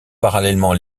parallèlement